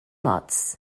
ots